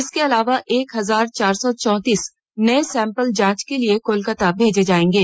इसके अलावा एक हजार चार सौ चौंतीस नए सैम्पल जांच के लिए कोलकाता भेजे जांएगे